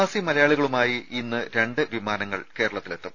രുമ പ്രവാസി മലയാളികളുമായി ഇന്ന് രണ്ട് വിമാനങ്ങൾ കേരളത്തിലെത്തും